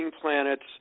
planets